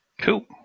Cool